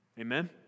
Amen